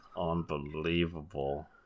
Unbelievable